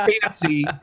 fancy